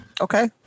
Okay